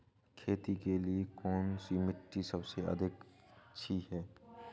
खेती के लिए कौन सी मिट्टी सबसे अच्छी है?